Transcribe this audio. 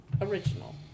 Original